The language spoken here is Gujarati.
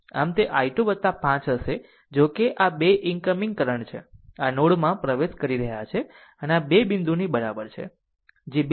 આમ તે i 2 5 હશે જો કે આ 2 ઇનકમિંગ કરંટ છે આ નોડ માં પ્રવેશ કરી રહ્યા છે અને આ 2 બિંદુની બરાબર છે જે 2